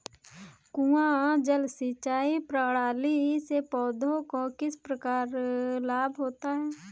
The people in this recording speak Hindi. कुआँ जल सिंचाई प्रणाली से पौधों को किस प्रकार लाभ होता है?